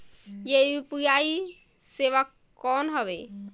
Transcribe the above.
ये यू.पी.आई सेवा कौन हवे?